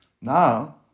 Now